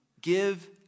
Give